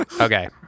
okay